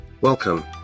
Welcome